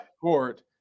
court